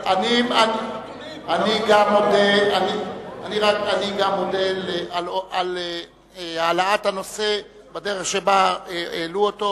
אני גם מודה על העלאת הנושא בדרך שבה העלו אותו.